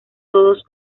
todos